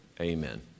amen